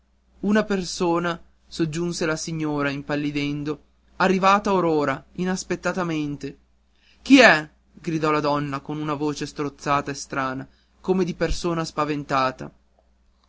una persona soggiunse la signora impallidendo arrivata or ora inaspettatamente chi è gridò la donna con una voce strozzata e strana come di persona spaventata